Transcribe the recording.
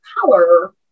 color